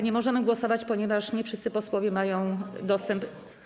Nie możemy głosować, ponieważ nie wszyscy posłowie mają dostęp.